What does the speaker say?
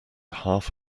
half